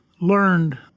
learned